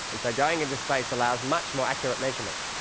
and so going into space allows much more accurate measurements.